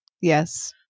Yes